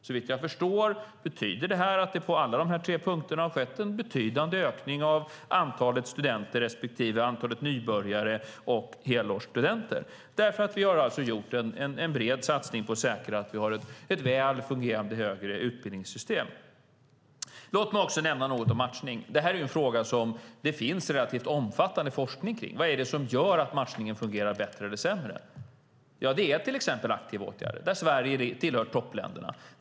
Såvitt jag förstår betyder det att det på alla dessa punkter har skett en betydande ökning av antalet studenter respektive antalet nybörjare och helårsstudenter. Det beror alltså på att vi har gjort en bred satsning på att säkra att vi har ett väl fungerande högre utbildningssystem. Låt mig också nämna något om matchning. Det är en fråga som det finns relativt omfattande forskning kring. Vad är det som gör att matchningen fungerar bättre eller sämre? Ja, det är till exempel aktiva åtgärder, där Sverige tillhör toppländerna.